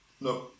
No